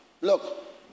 Look